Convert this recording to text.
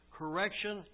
correction